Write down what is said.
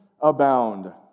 abound